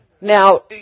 Now